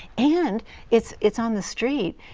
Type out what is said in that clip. and it is on the street.